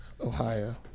Ohio